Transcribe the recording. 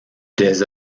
des